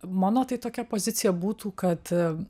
mano tai tokia pozicija būtų kad